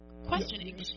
questioning